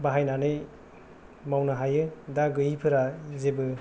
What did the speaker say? बाहायनानै मावनो हायो दा गैयैफोरा जेबो